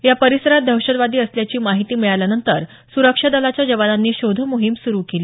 या परिसरात दहशतवादी असल्याची माहिती मिळाल्यानंतर सुरक्षा दलाच्या जवानांनी शोधमोहीम सुरु केली